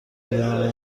نگران